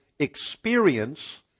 Experience